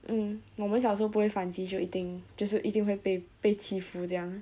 mm 我们小时候不会反击就一定就是一定会被被欺负这样